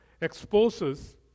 exposes